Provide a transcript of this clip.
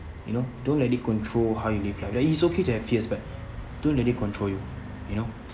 you know don't let it control how you live lah like it's okay to have fears but don't let it control you you know